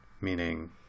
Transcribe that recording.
meaning